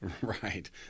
Right